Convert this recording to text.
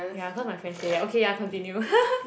ya cause my friend stay there okay ya continue